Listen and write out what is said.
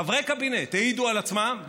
חברי קבינט העידו על עצמם,